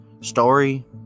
Story